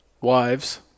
Wives